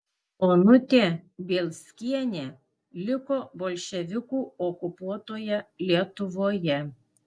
onutė bielskienė liko bolševikų okupuotoje lietuvoje